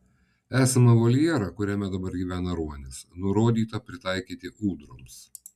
esamą voljerą kuriame dabar gyvena ruonis nurodyta pritaikyti ūdroms